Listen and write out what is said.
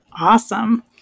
Awesome